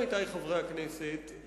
עמיתי חברי הכנסת,